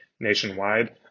nationwide